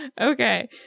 okay